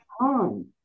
on